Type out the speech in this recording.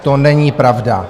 To není pravda.